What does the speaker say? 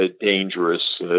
dangerous